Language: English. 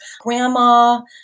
grandma